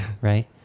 right